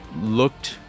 looked